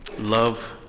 Love